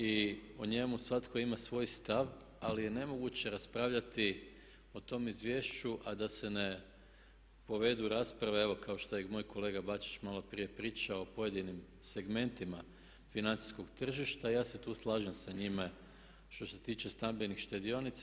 I o njemu svatko ima svoj stav ali je nemoguće raspravljati o tom izvješću a da se ne povedu rasprave evo kao što je i moj kolega Bačić malo prije pričao o pojedinim segmentima financijskog tržišta i ja se tu slažem sa njime što se tiče stambenih štedionica.